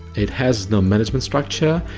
it has no management structure.